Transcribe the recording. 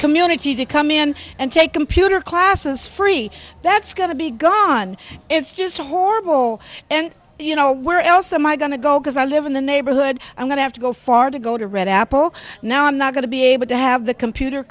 community to come in and take computer classes free that's going to be gone it's just horrible and you know where else am i going to go because i live in the neighborhood i'm going to have to go far to go to red apple now i'm not going to be able to have the computer